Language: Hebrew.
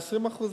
זה 120% בכלל.